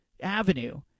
Avenue